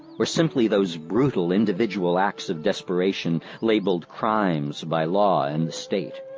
or simply those brutal individual acts of desperation labeled crimes by law and the state?